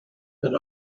but